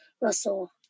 Russell